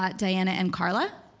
but diana and carla.